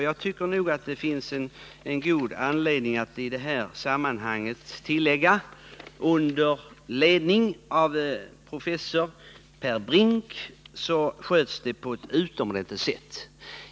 Jag tycker nog att det finns god anledning att i detta sammanhang tillägga, att under ledning av professor Per Brinck sköts området på ett utomordentligt sätt.